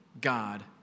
God